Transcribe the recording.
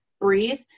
breathe